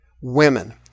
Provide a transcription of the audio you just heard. Women